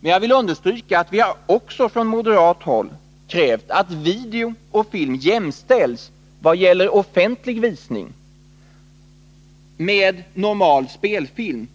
Jag vill understryka att vi från moderat håll också har krävt att video och film vad gäller offentlig visning jämställs med normal spelfilm.